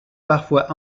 parfois